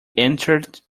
entered